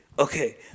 Okay